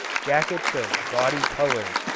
jackets of gaudy colours,